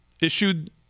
issued